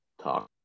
Talk